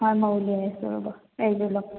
হয় মই উলিয়াই আছো ৰ'ব এইযোৰ লওক